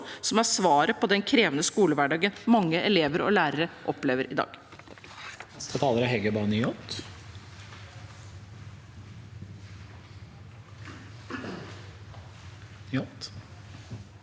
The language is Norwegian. som er svaret på den krevende skolehverdagen mange elever og lærere opplever i dag.